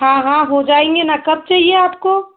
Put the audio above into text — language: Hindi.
हाँ हाँ हो जाएंगे न कब चाहिए आपको